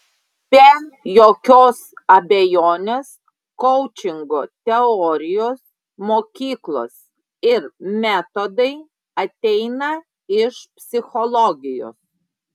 be jokios abejonės koučingo teorijos mokyklos ir metodai ateina iš psichologijos